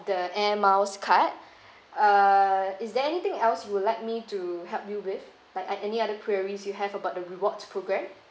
the air miles card uh is there anything else would like me to help you with like any any other queries you have about the rewards program